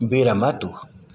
विरमतु